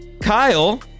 Kyle